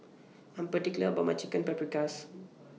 I Am particular about My Chicken Paprikas